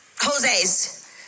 Jose's